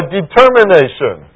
determination